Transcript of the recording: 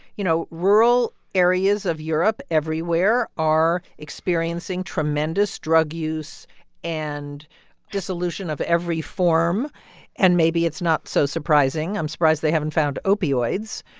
you know, rural areas of europe everywhere are experiencing tremendous drug use and dissolution of every form and maybe it's not so surprising. i'm surprised they haven't found opioids.